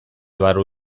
barru